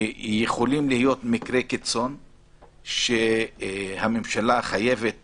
שיכולים להיות מקרי קיצון שהממשלה חייבת